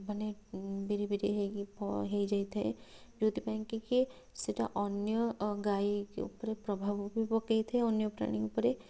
ମାନେ ବିରିବିରି ହୋଇକି ଫ ହୋଇଯାଇଥାଏ ଯେଉଁଥିପାଇଁକି ସେଇଟା ଅନ୍ୟ ଗାଈ ଉପରେ ପ୍ରଭାବ ବି ପକେଇଥାଏ ଅନ୍ୟ ପ୍ରାଣୀ ଉପରେ